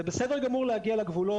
זה בסדר גמור להגיע לגבולות,